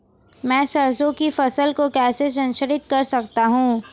मैं सरसों की फसल को कैसे संरक्षित कर सकता हूँ?